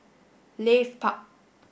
Leith Park